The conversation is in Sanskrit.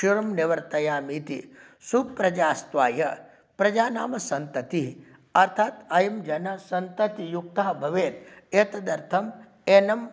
क्षुरं निवर्त्तयामि इति सुप्रजास्त्वाय प्रजा नाम सन्ततिः अर्थात् अयं जनः सन्ततियुक्तः भवेत् एतदर्थम् एनं